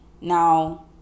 Now